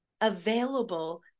available